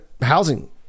housing